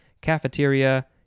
cafeteria